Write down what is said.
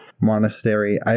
monastery